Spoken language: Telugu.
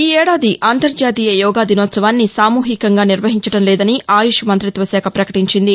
ఈ ఏడాది అంతర్జాతీయ యోగా దినోత్సవాన్ని సామూహికంగా నిర్వహించడంలేదని ఆయుష్ మంత్రిత్వ శాఖ పకటించింది